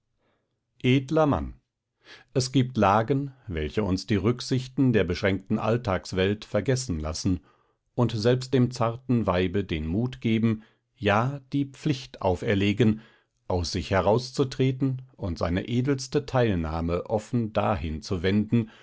edler mann es gibt lagen welche uns die rücksichten der beschränkten alltagswelt vergessen lassen und selbst dem zartern weibe den mut geben ja die pflicht auferlegen aus sich herauszutreten und seine edelste teilnahme offen dahin zu wenden